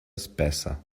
espessa